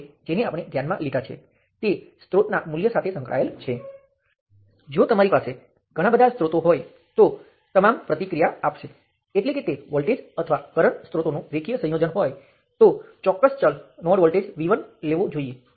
હવે કારણ કે તે માત્ર આ બે બિંદુઓ પર જ જોડાયેલ છે N1 ને ઘેરી લેતી આ સમગ્ર સપાટી માટે કિર્ચોફનો કરંટનો નિયમ લાગુ કરતાં આપણે જોઈએ છીએ કે તે રીતે પાછો આવતો કરંટ પણ I2 હોવો જોઈએ